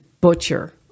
butcher